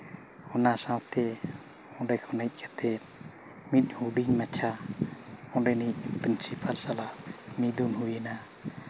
ᱚᱱᱟ ᱥᱟᱶᱛᱮ ᱚᱸᱰᱮ ᱠᱷᱚᱱ ᱦᱮᱡ ᱠᱟᱛᱮ ᱢᱤᱫ ᱦᱩᱰᱤᱧ ᱢᱟᱪᱷᱟ ᱚᱸᱰᱮᱱᱤᱡ ᱯᱨᱤᱱᱥᱤᱯᱟᱞ ᱥᱟᱞᱟᱜ ᱢᱤᱫᱩᱱ ᱦᱩᱭᱱᱟ